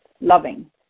loving